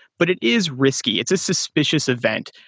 but it is risky. it's a suspicious event.